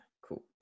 cool